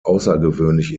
außergewöhnlich